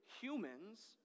humans